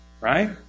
Right